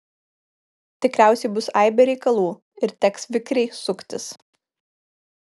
tikriausiai bus aibė reikalų ir teks vikriai suktis